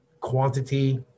quantity